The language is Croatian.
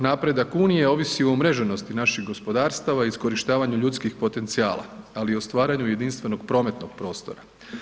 Napredak unije ovisi o umreženosti naših gospodarstava i iskorištavanju ljudskih potencijala, ali i o stvaranju jedinstvenog prometnog prostora.